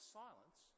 silence